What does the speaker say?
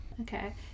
Okay